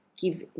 give